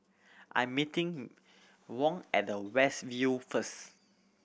I'm meeting Wong at the West View first